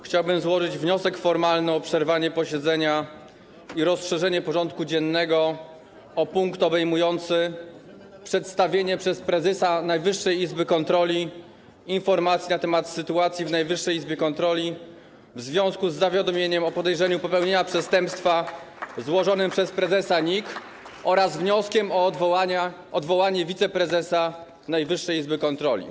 Chciałbym złożyć wniosek formalny o przerwanie posiedzenia i rozszerzenie porządku dziennego o punkt obejmujący przedstawienie przez prezesa Najwyższej Izby Kontroli informacji na temat sytuacji w Najwyższej Izbie Kontroli w związku z zawiadomieniem o podejrzeniu popełnienia przestępstwa złożonym przez prezesa NIK oraz wnioskiem o odwołanie wiceprezesa Najwyższej Izby Kontroli.